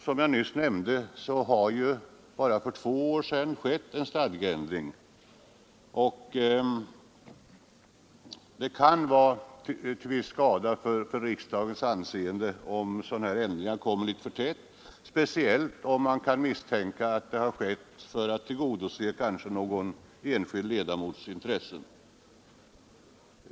Som jag nyss nämnde har det så sent som för två år sedan skett en stadgeändring, och det kan vara till viss skada för riksdagens anseende om sådana här ändringar kommer litet för tätt, speciellt om man kan misstänka att ändring skett för att tillgodose någon enskild ledamots intressen.